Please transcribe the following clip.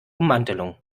ummantelung